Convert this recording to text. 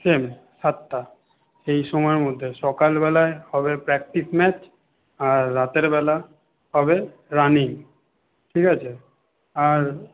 same সাতটা সেই সময়ের মধ্যে সকাল বেলায় হবে প্র্যাকটিস ম্যাচ আর রাতের বেলা হবে রানিং ঠিক আছে আর